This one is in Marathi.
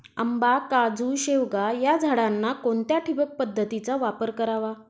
आंबा, काजू, शेवगा या झाडांना कोणत्या ठिबक पद्धतीचा वापर करावा?